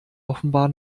offenbar